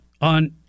on